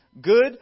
good